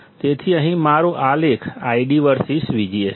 તેથી અહીં મારો આલેખ ID વર્સીસ VGS છે